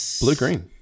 blue-green